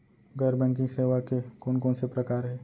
गैर बैंकिंग सेवा के कोन कोन से प्रकार हे?